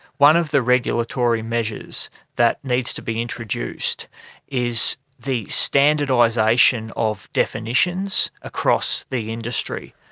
one of the regulatory measures that needs to be introduced is the standardisation of definitions across the industry.